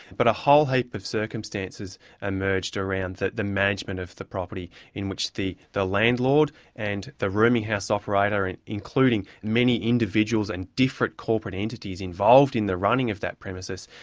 but a whole heap of circumstances emerged around the the management of the property in which the the landlord and the rooming house operator, and including many individuals and different corporate entities involved in the running of that premises,